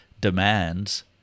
demands